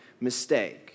mistake